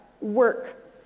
work